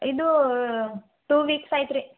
ಇದು two weeks ಆಯ್ತು ರೀ